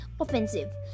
offensive